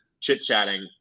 chit-chatting